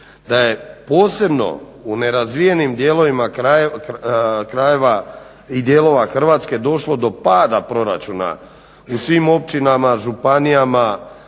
Da je posebno u nerazvijenim dijelovima krajeva i dijelova Hrvatske došlo do pada proračuna u svim općinama, županijama,